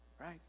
right